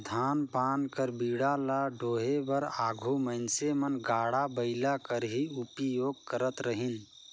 धान पान कर बीड़ा ल डोहे बर आघु मइनसे मन गाड़ा बइला कर ही उपियोग करत रहिन